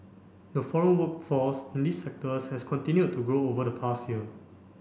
the foreign workforce in these sectors has continued to grow over the past year